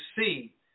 see